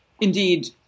Indeed